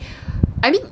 I mean